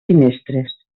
finestres